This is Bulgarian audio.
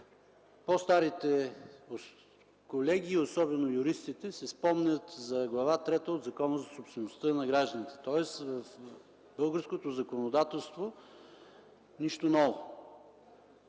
По старите колеги, особено юристите си спомнят за Глава трета от Закона за собствеността на гражданите. Следователно в българското законодателство – нищо ново.